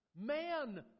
Man